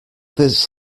this